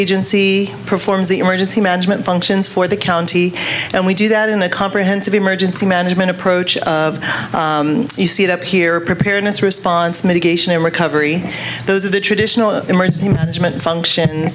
agency performs the emergency management functions for the county and we do that in a comprehensive emergency management approach of you see it up here preparedness response mitigation recovery those are the traditional emergency management function